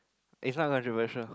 is not controversial